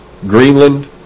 Greenland